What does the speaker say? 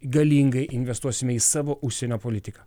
galingai investuosime į savo užsienio politiką